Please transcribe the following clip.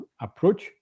approach